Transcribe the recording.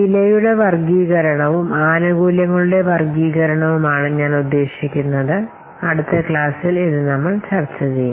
വിലയുടെ വർഗ്ഗീകരണവും ആനുകൂല്യങ്ങളുടെ വർഗ്ഗീകരണവുമാണ് ഞാൻ ഉദ്ദേശിക്കുന്നത് അടുത്ത ക്ലാസിൽ ഇത് നമ്മൾ ചർച്ച ചെയ്യും